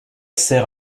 sert